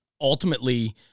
Ultimately